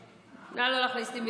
נא לא להכניס לי מילים לפה.